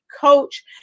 coach